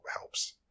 helps